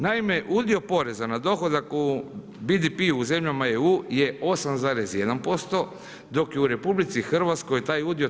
Naime, udio poreza na dohodak u BDP-u u zemljama EU je 8,1% dok je u RH taj udio 3,1%